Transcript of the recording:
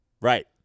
Right